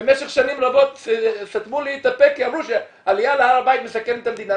במשך שנים רבות סתמו לי את הפה כי אמרו שעליה להר הבית מסכנת את המדינה,